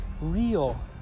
real